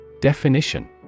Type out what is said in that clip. Definition